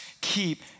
keep